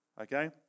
Okay